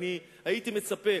הייתי מצפה